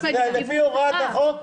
לפי הוראת החוק,